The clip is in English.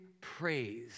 praise